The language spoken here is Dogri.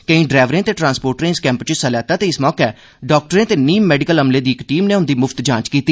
केई डरैवरे ते ट्रांसपोर्टरे इस कैप च हिस्सा लैता ते इस मौके डाक्टरें ते नीम मैडिकल अमले दी इक टीम नै उंदी मुफ्त जांच कीती